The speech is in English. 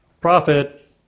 Profit